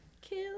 Kill